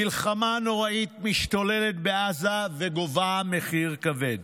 המלחמה הנוראית משתוללת בעזה וגובה מחיר כבד.